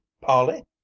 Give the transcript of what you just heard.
Polly